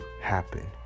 happen